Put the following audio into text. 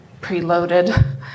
preloaded